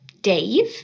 Dave